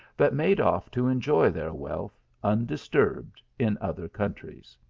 but made off to enjoy their wealth undisturbed in other countries.